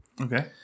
Okay